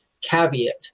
caveat